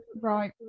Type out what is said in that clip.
right